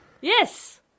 Yes